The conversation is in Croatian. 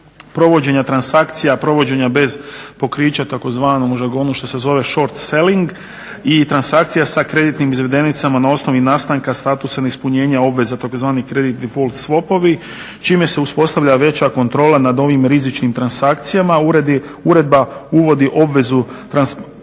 provođenja transakcija, provođenja bez pokrića tzv. u žargonu što se zove short selling i transakcija sa kreditnim izvedenicama na osnovi nastanka statusa neispunjenja obveza tzv. kreditni … čime se uspostavlja veća kontrola nad ovim rizičnim transakcijama. Uredba uvodi obvezu transparentnog